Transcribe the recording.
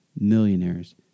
millionaires